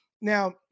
Now